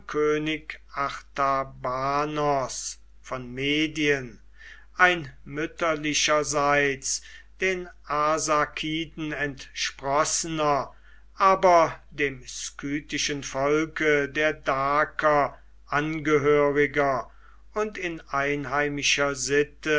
von medien ein mütterlicherseits den arsakiden entsprossener aber dem skythischen volke der daker angehöriger und in einheimischer sitte